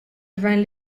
gvern